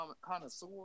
connoisseur